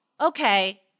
Okay